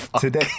Today